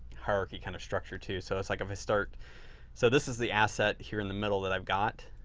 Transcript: hierarchy kind of structure too. so, it's like if i start so this is the asset here in the middle that i've got.